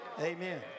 amen